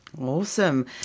Awesome